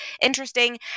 interesting